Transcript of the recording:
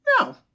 No